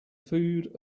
food